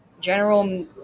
General